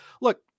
Look